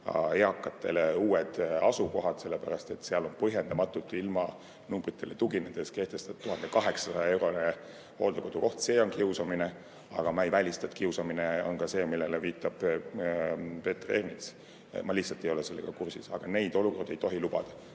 eakatele uued asukohad, sellepärast et seal on põhjendamatult ilma numbritele tuginemata kehtestatud 1800‑eurone hooldekodukoht. See on kiusamine. Aga ma ei välista, et kiusamine on ka see, millele viitab Peeter Ernits. Ma lihtsalt ei ole sellega kursis. Aga neid olukordi ei tohi lubada.